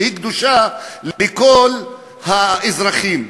שהיא קדושה לכל האזרחים,